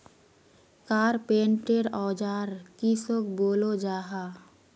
Carpenter औजार किसोक बोलो जाहा?